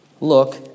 look